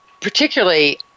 particularly